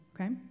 okay